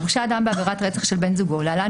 הורשע אדם בעבירת רצח של בן זוגו (להלן,